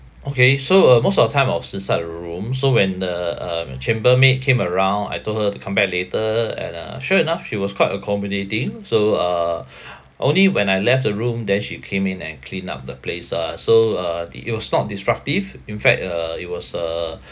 okay so uh most of the time I was inside the room so when the uh chambermaid came around I told her to come back later and uh sure enough she was quite accommodating so uh only when I left the room then she came in and clean up the place ah so uh the it was not disruptive in fact uh it was uh